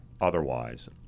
otherwise